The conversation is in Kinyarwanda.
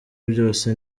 byose